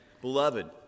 beloved